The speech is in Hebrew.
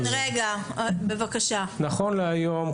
נכון להיום,